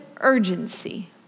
urgency